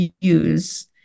use